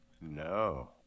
No